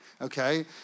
Okay